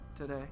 today